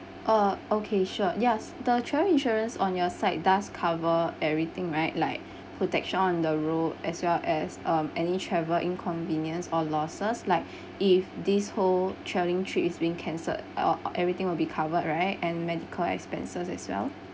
oh okay sure yes the travel insurance on your side does cover everything right like protection on the road as well as um any travel inconvenience or losses like if this whole travelling trip is being cancelled or everything will be covered right and medical expenses as well